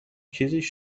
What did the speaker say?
چیزیش